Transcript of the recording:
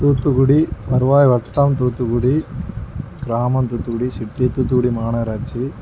தூத்துக்குடி வருவாய் வட்டம் தூத்துக்குடி கிராமம் தூத்துக்குடி சிட்டி தூத்துக்குடி மாநகராட்சி